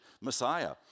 Messiah